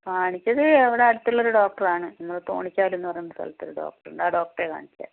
കാണിച്ചത് ഇവിടെ അടുത്തുള്ള ഒരു ഡോക്ടറാണ് നമ്മൾ തോണിച്ചാലെന്നു പറയുന്ന സ്ഥലത്ത് ഒരു ഡോക്ടറുണ്ട് ആ ഡോക്ടറെയാ കാണിച്ചത്